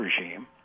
regime